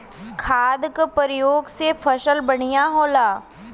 खाद क परयोग से फसल बढ़िया होला